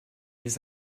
les